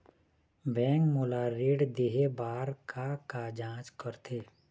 Bank मोला ऋण देहे बार का का जांच करथे?